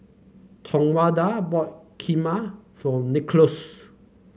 Tawanda bought Kheema for Nicholaus